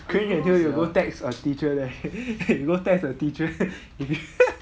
可以可以 you go text our teacher there you go text the teacher